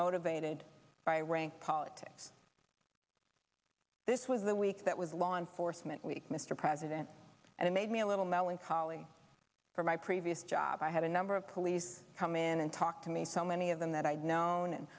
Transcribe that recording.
motivated by rank politics this was the week that was law enforcement week mr president and it made me a little melancholy from my previous job i had a number of police come in and talk to me so many of them that i had known and